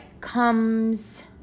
comes